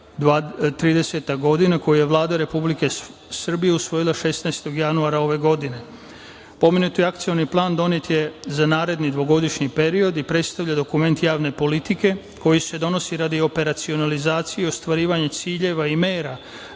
godina, koju je Vlada Republike Srbije usvojila 16. januara ove godine. Pomenuti Akcioni plan donet je za naredni dvogodišnji period i predstavlja dokument javne politike koji se donosi radio operacionalizacije i ostvarivanja ciljeva i mera